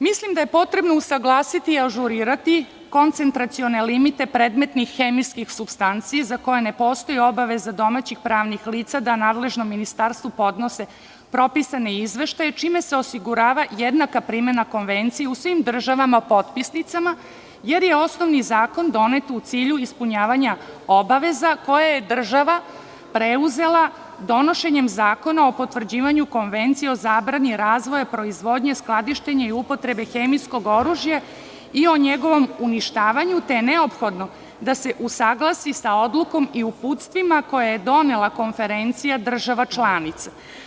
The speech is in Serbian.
Mislim da je potrebno usaglasiti i ažurirati koncentracione limite predmetnih hemijskih supstanci za koje ne postoji obaveza domaćih pravnih lica da nadležnom ministarstvu podnose propisane izveštaje, čime se osigurava jednaka primena konvencije u svim državama potpisnicama, jer je osnovni zakon donet u cilju ispunjavanja obaveza koje je država preuzela donošenjem Zakona o potvrđivanju konvencije o zabrani razvoja, proizvodnje, skladištenja i upotrebe hemijskog oružja i o njegovom uništavanju, te je neophodno da se usaglasi sa odlukom i uputstvima koje je donela Konferencija država članica.